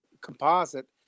composite